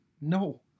no